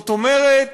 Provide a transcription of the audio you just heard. זאת אומרת,